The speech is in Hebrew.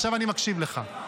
עכשיו אני מקשיב לך.